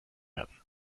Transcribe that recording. werden